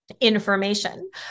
information